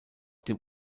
dem